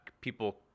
people